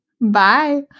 Bye